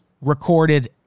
recorded